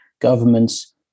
governments